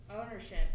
Ownership